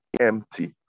empty